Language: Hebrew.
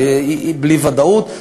בלי ודאות.